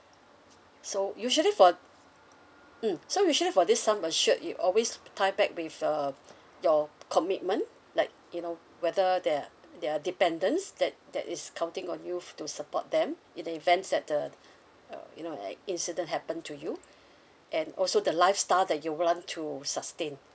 so usually for mm so usually for this sum assured it always tie back with uh your commitment like you know whether there are there are dependants that that is counting on you've to support them in the event that uh uh you know like incident happen to you and also the lifestyle that you will want to sustain